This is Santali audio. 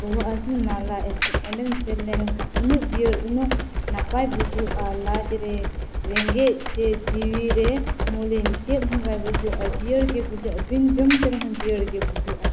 ᱵᱚᱦᱚᱜ ᱦᱟᱹᱥᱩ ᱱᱟ ᱞᱟᱡ ᱦᱟᱹᱥᱩ ᱚᱸᱰᱮᱢ ᱥᱮᱱ ᱞᱮᱱᱠᱷᱟᱱ ᱩᱱᱟᱹᱜ ᱡᱤᱭᱟᱹᱲ ᱩᱱᱟᱹᱜ ᱱᱟᱯᱟᱭ ᱵᱩᱡᱷᱟᱹᱜᱼᱟ ᱞᱟᱡᱨᱮ ᱨᱮᱸᱜᱮᱡ ᱪᱮ ᱡᱤᱣᱤᱨᱮ ᱢᱩᱞᱤᱱ ᱪᱮᱫ ᱦᱚᱸ ᱵᱟᱭ ᱵᱩᱡᱷᱟᱹᱜᱼᱟ ᱡᱤᱭᱟᱹᱲᱜᱮ ᱵᱩᱡᱷᱟᱹᱜᱼᱟ ᱵᱤᱱ ᱡᱚᱢᱛᱮ ᱨᱮᱦᱚᱸ ᱡᱤᱭᱟᱹᱲᱜᱮ ᱵᱩᱡᱷᱟᱹᱜᱼᱟ